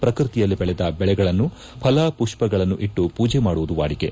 ಪ್ರಕೃತಿಯಲ್ಲಿ ಬೆಳೆದ ಬೆಳೆಗಳನ್ನು ಫಲ ಪುಷ್ಪಗಳ್ನಾಟ್ದು ಪೂಜೆ ಮಾಡುವುದು ವಾಡಿಕೆ